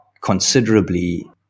considerably